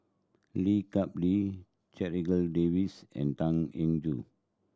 Lee Kap Lee Checha Davies and Tan Eng Joo